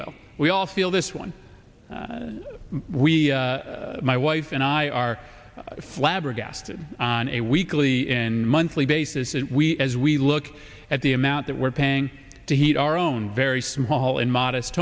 oil we all feel this one we my wife and i are flabbergasted on a weekly monthly basis as we look at the amount that we're paying to heat our own very small and modest